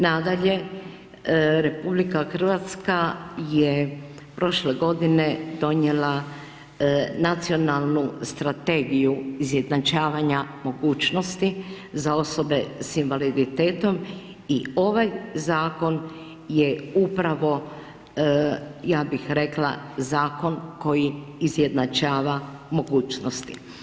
Nadalje, RH je prošle godine donijela Nacionalnu strategiju izjednačavanja mogućnosti za osobe sa invaliditetom i ovaj zakon je upravo ja bih rekla zakon koji izjednačava mogućnosti.